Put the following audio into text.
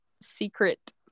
secret